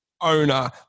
owner